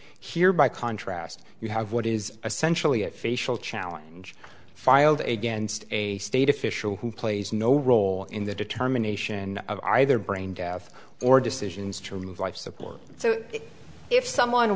here by contrast you have what is essentially a facial challenge filed against a state official who plays no role in the determination of either brain death or decisions to remove life support so if someone